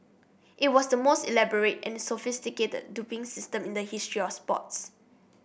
it was the most elaborate and sophisticated doping system in the history or sports